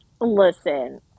Listen